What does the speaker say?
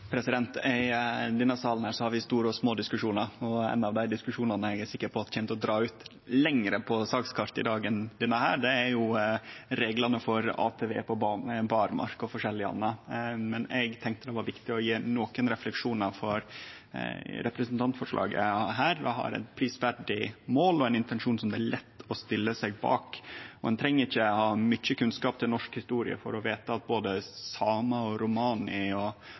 I denne salen har vi store og små diskusjonar, og ein av dei diskusjonane på sakskartet i dag som eg er sikker på kjem til å dra ut lenger enn denne, er reglane for ATV på berrmark og forskjellig anna. Eg tenkte det var viktig å gje nokre refleksjonar, for dette representantforslaget har eit prisverdig mål og ein intensjon som det er lett å stille seg bak. Ein treng ikkje å ha mykje kunnskap om norsk historie for å vete at både samar og romar og